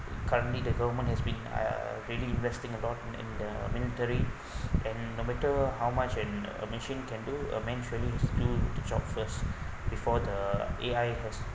currently the government has been uh really investing a lot in the military and no matter how much an a machine can do a man training is do the job first before the A_I has